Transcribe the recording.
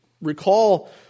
Recall